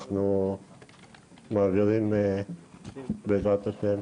אנחנו מעבירים בעזרת השם,